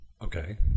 Okay